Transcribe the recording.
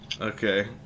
Okay